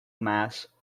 mass